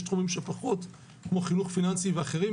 יש חינוך שפחות כמו חינוך פיננסי ואחרים,